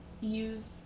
use